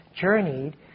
journeyed